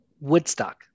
Woodstock